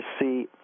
see